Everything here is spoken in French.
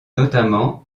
notamment